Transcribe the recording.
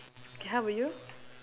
okay how about you